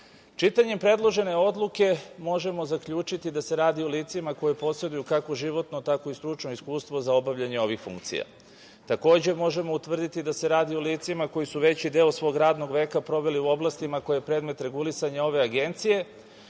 predložene Odluke možemo zaključiti da se radi o licima koje poseduju kako životnog i stručno iskustvo za obavljanje ovih funkcija. Takođe, možemo utvrditi da se radi o licima koji su veći deo svog radnog veka proveli u oblastima koji predmet regulisanje ove Agencije,